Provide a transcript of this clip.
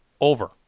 over